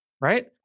Right